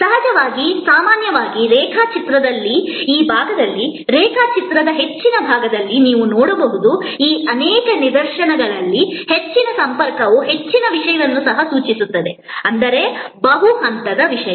ಸಹಜವಾಗಿ ಸಾಮಾನ್ಯವಾಗಿ ರೇಖಾಚಿತ್ರದ ಈ ಭಾಗದಲ್ಲಿ ರೇಖಾಚಿತ್ರದ ಹೆಚ್ಚಿನ ಭಾಗದಲ್ಲಿ ನೀವು ನೋಡುವ ಈ ಅನೇಕ ನಿದರ್ಶನಗಳಲ್ಲಿ ಹೆಚ್ಚಿನ ಸಂಪರ್ಕವು ಹೆಚ್ಚಿನ ವಿಷಯವನ್ನು ಸಹ ಸೂಚಿಸುತ್ತದೆ ಅಂದರೆ ಬಹು ಹಂತದ ವಿಷಯ